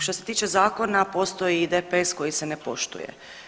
Što se tiče zakona postoji i DPS koji se ne poštuje.